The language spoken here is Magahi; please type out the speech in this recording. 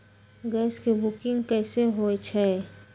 गैस के बुकिंग कैसे होईछई?